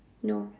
no